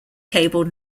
cable